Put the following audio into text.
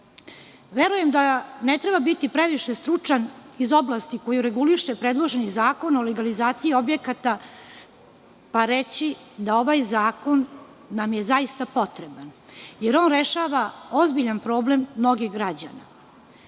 verujem da ne treba biti previše stručan iz oblasti koju reguliše predloženi Zakon o legalizaciji objekata, pa reći da nam je ovaj zakon zaista potreban, jer on rešava ozbiljan problem mnogih građana.